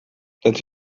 that